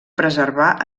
preservar